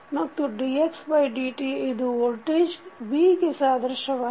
ಮತ್ತು dxdt ಇದು voltage V ಗೆ ಸಾದೃಶ್ಯವಾಗಿದೆ